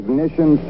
Ignition